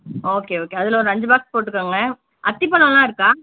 okay okay அதில் ஒரு அஞ்சு பாக்ஸ் போட்டுக்கோங்க அத்திப்பழம்லாம் இருக்கா